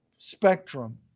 spectrum